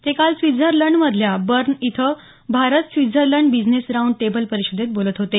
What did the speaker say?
ते काल स्वित्झर्लंडमधल्या बर्न इथं Bharat Switzerland business round table परिषदेत बोलत होते